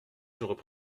j’aurais